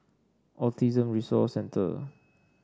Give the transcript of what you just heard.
Autism Resource Centre